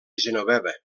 genoveva